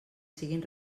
siguin